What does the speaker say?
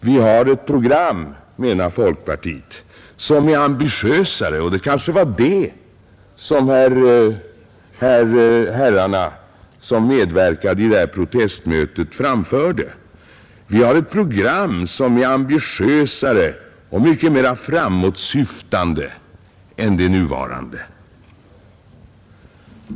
Vi har ett program, menar folkpartiet, som är ambitiösare — och det kanske var det som herrarna som medverkade i protestmötet framförde — och mycket mera framåtsyftande än det nuvarande.